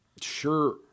sure